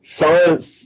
science